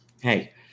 Hey